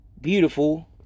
beautiful